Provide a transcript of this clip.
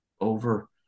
over